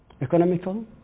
Economical